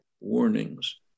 warnings